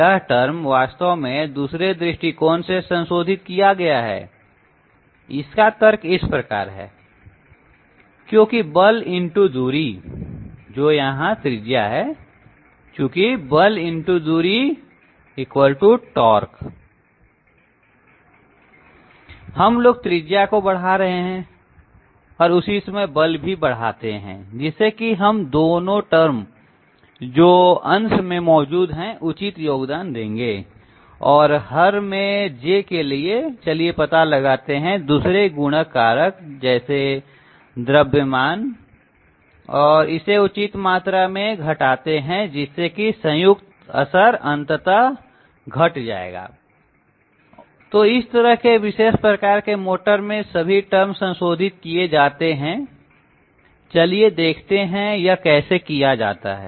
यह टर्म वास्तव में दूसरे दृष्टिकोण से संशोधित किया गया है इसका तर्क इस प्रकार है क्योंकि बल x दूरी जो यहां त्रिज्या है चुकी बल x दूरी T हम लोग त्रिज्या को बढ़ा रहे हैं और उसी समय बल भी बढ़ाते हैं जिससे कि हमें दोनों टर्म जो अंश में मौजूद हैं उचित योगदान देंगे और हर में J के लिए चलिए पता लगाते हैं दूसरे गुणक कारक जैसे द्रव्यमान और इसे उचित मात्रा में घटाते हैं जिससे का संयुक्त असर अंततः घट जाएगा तो इस तरह के विशेष प्रकार के मोटर में सभी टर्म संशोधित किए जाते हैं चलिए देखते हैं यह कैसे किया जाता है